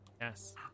yes